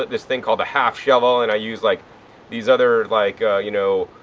this thing called a half shovel, and i use like these other like, you know,